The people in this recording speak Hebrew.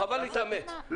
חבל להתאמץ.